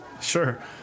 Sure